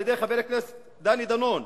על-ידי חבר כנסת דני דנון.